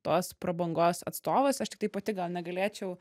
tos prabangos atstovas aš tiktai pati gal negalėčiau